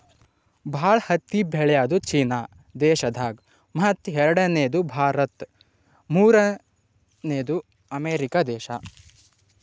ಭಾಳ್ ಹತ್ತಿ ಬೆಳ್ಯಾದು ಚೀನಾ ದೇಶದಾಗ್ ಮತ್ತ್ ಎರಡನೇದು ಭಾರತ್ ಮೂರ್ನೆದು ಅಮೇರಿಕಾ ದೇಶಾ